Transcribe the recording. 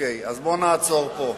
בוא נעצור פה.